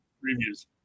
reviews